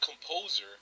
composer